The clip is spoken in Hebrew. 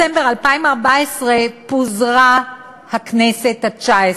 נדמה לי ששכחנו: ב-8 בדצמבר 2014 פוזרה הכנסת התשע-עשרה.